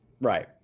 right